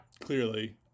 clearly